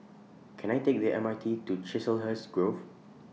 Can I Take The M R T to Chiselhurst Grove